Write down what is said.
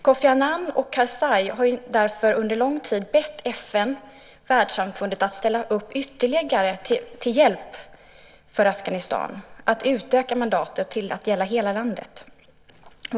Kofi Annan och Karzai har därför under lång tid bett FN, världssamfundet, att ställa upp ytterligare till hjälp för Afghanistan, att utöka mandatet till att gälla hela landet.